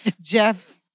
Jeff